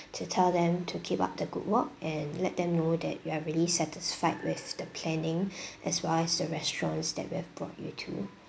to tell them to keep up the good work and let them know that you are really satisfied with the planning as well as the restaurants that we have brought you to